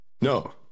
No